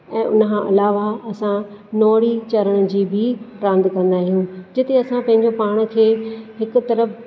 ऐं उनखां अलावा असां नोड़ी चढ़ण जी बि रांदि कंदा आहियूं जिथे असां पंहिंजो पाण खे हिकु तरफ़ु